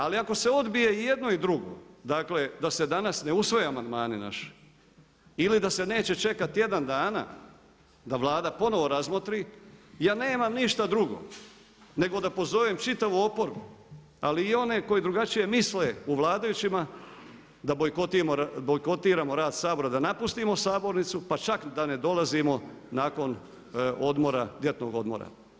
Ali ako se odbije i jedno i drugo, dakle da se danas ne usvoje amandmani naši, ili da se neće čekati tjedan da Vlada ponovno razmotri, ja nemam ništa drugo, nego da pozovem čitavu oporbu, ali i one koji drugačije misle u vladajućima da bojkotiramo rad Sabora, da napustimo sabornicu, pa čak da ne dolazimo nakon ljetnog odmora.